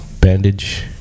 bandage